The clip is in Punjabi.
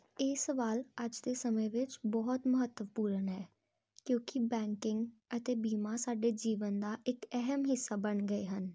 ਇਹ ਸਵਾਲ ਅੱਜ ਦੇ ਸਮੇਂ ਵਿੱਚ ਬਹੁਤ ਮਹੱਤਵਪੂਰਨ ਹੈ ਕਿਉਂਕਿ ਬੈਂਕਿੰਗ ਅਤੇ ਬੀਮਾ ਸਾਡੇ ਜੀਵਨ ਦਾ ਇੱਕ ਅਹਿਮ ਹਿੱਸਾ ਬਣ ਗਏ ਹਨ